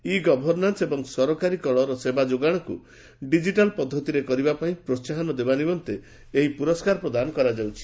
ଇ governance ଏବଂ ସରକାରୀ କଳର ସେବା ଯୋଗାଣକୁ ଡିଜିଟାଲ୍ ପଦ୍ଧତିରେ କରିବାପାଇଁ ପ୍ରୋହାହନ ଦେବା ନିମନ୍ତେ ଏହି ପୁରସ୍କାର ପ୍ରଦାନ କରାଯାଉଛି